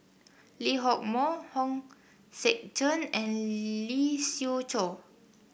Lee Hock Moh Hong Sek Chern and Lee Siew Choh